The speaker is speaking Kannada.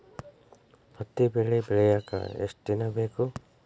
ಹತ್ತಿ ಬೆಳಿ ಬೆಳಿಯಾಕ್ ಎಷ್ಟ ದಿನ ಬೇಕ್?